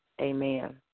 Amen